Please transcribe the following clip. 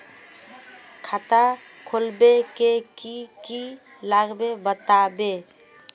खाता खोलवे के की की लगते बतावे?